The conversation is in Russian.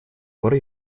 пор